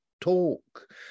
talk